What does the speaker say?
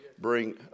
bring